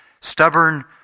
stubborn